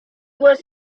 was